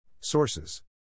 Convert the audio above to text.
Sources